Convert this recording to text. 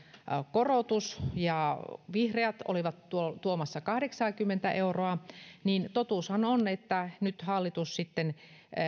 korotus ja vihreät olivat tuomassa kahdeksaakymmentä euroa niin totuushan on että nyt hallitus sitten